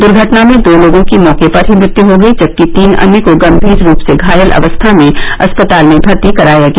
दुर्घटना में दो लोगों की मौके पर ही मृत्यु हो गयी जबकि तीन अन्य को गंभीर रूप से घायल अवस्था में अस्पताल में भर्ती कराया गया